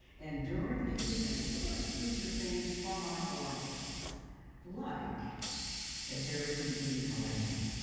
and during these events, we're going to feature things from our collection like the harry houdini collection,